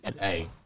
Hey